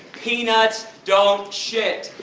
peanuts don't shit!